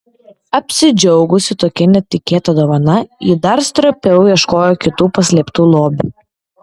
apsidžiaugusi tokia netikėta dovana ji dar stropiau ieškojo kitų paslėptų lobių